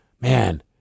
man